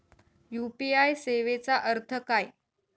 UPI सेवेचा अर्थ काय?